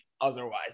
otherwise